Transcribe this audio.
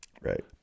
Right